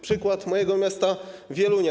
Przykład mojego miasta Wielunia.